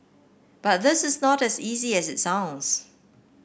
but this is not as easy as it sounds